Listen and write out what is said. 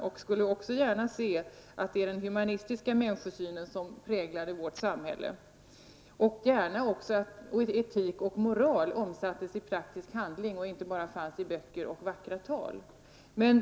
Jag skulle också gärna se att den humanistiska människosynen präglade vårt samhälle samt att etik och moral omsattes i praktisk handling och inte bara fanns i böcker och vackra tal.